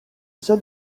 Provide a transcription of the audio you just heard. seul